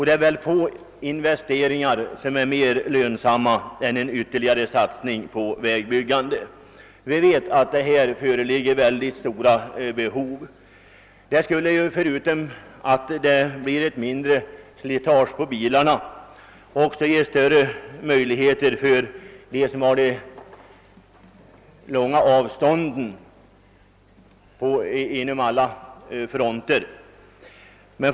Det är väl få in vesteringar som är mer lönsamma än en ytterligare satsning på vägbyggandet. Vi vet att det här föreligger mycket stora behov. Förutom att bättre vägar medför ett mindre slitage på bilarna skulle de ge dem som har de långa avstånden bättre möjligheter att konkurrera.